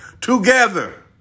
together